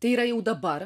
tai yra jau dabar